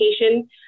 education